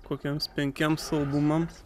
kokiems penkiems albumams